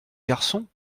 garçon